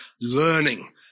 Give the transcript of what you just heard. learning